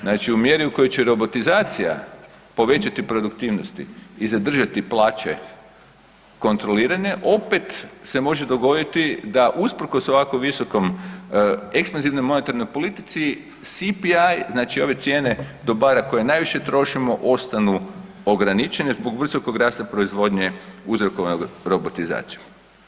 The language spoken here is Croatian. Znači u mjeri u kojoj će robotizacija povećati produktivnosti i zadržati plaće kontrolirane opet se može dogoditi da usprkos ovako visokom, ekspenzivnoj monetarnoj politici CPI znači ove cijene dobara koje najviše trošimo ostanu ograničene zbog visokog rasta proizvodnje uzrokovanog robotizacijom.